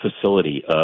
facility